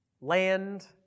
land